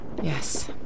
Yes